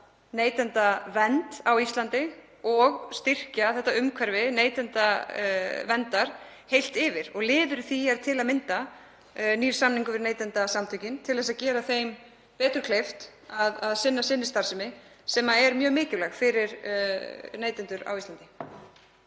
neytendavernd á Íslandi og styrkja umhverfi neytendaverndar heilt yfir. Liður í því er til að mynda nýr samningur við Neytendasamtökin til að gera þeim betur kleift að sinna starfsemi sinni sem er mjög mikilvæg fyrir neytendur á Íslandi.